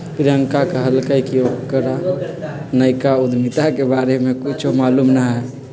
प्रियंका कहलकई कि ओकरा नयका उधमिता के बारे में कुछो मालूम न हई